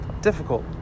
difficult